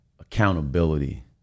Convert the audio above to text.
accountability